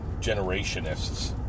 generationists